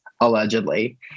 allegedly